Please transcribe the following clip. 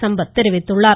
சம்பத் தெரிவித்துள்ளார்